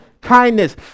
kindness